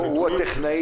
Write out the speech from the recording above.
אני לא שואל על התקשוב,